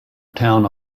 town